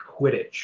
Quidditch